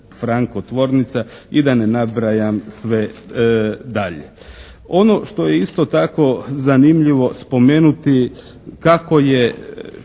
"Franco" tvornica i da ne nabrajam sve dalje. Ono što je isto tako zanimljivo spomenuti kako je